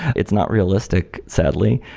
it's not realistic, sadly.